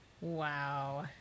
Wow